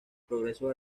progresos